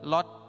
Lot